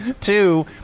Two